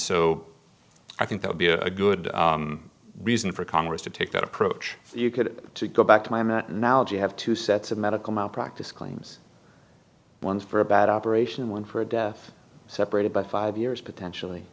so i think they'll be a good reason for congress to take that approach you could go back to my knowledge you have two sets of medical malpractise claims one for a bad operation one for death separated by five years potentially